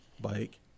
bike